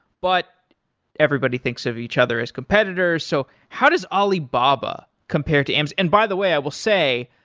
but everybody thinks of each other as competitors. so how does alibaba compare to amazon? by the way, i will say,